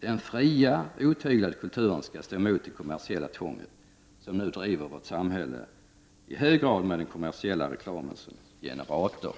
Den fria, otyglade kulturen skall stå emot det kommersiella tvånget, som nu driver vårt samhälle i hög grad med den kommersiella reklamen som generator.